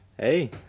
Hey